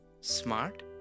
smart